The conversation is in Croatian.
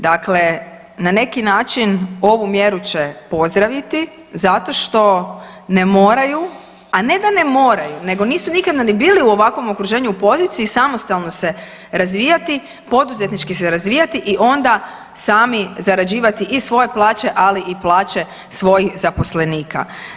Dakle, na neki način ovu mjeru će pozdraviti zato što ne moraju, a ne da ne moraju nego nisu nikada ni bili u ovakvom okruženju, u poziciji samostalno se razvijati, poduzetnički se razvijati i onda sami zarađivati i svoje plaće, ali i plaće svojih zaposlenika.